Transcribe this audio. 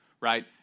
right